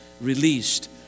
released